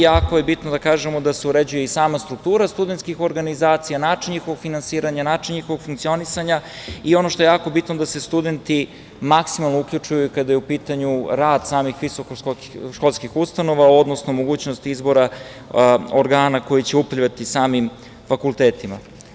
Jako je bitno da kažemo da se uređuje i sama struktura studentskih organizacija, način njihovog finansiranja, način njihovog funkcionisanja i ono što je jako bitno da se studenti maksimalno uključuju kada je u pitanju rad samih visokoškolskih ustanova, odnosno mogućnost izbora organa koji će upravljati samim fakultetima.